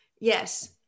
Yes